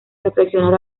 reflexionar